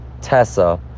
Tessa